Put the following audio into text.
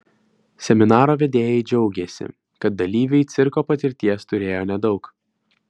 seminaro vedėjai džiaugėsi kad dalyviai cirko patirties turėjo nedaug